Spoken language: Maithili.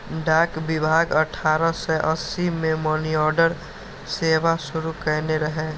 डाक विभाग अठारह सय अस्सी मे मनीऑर्डर सेवा शुरू कयने रहै